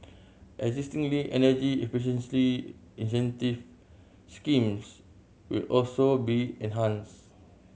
existingly energy efficiencily incentive schemes will also be enhanced